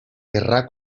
querrá